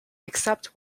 except